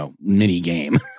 mini-game